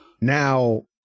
Now